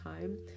time